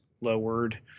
lowered